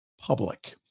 public